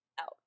out